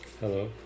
Hello